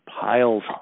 piles